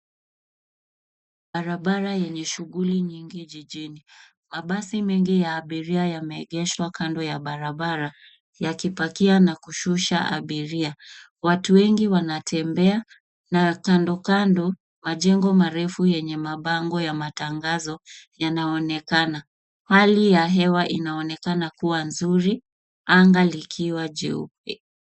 Barabara yenye shughuli nyingi jijini. Mabasi mengi ya abiria yameegeshwa kando ya barabara yakipakia na kushusha abiria. Watu wengi wanatembea na kando kando majengo marefu yenye mabango ya matangazo yanaonekana. Hali ya hewa inaonekana kuwa nzuri anga likiwa jeupe.